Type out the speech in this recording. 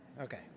okay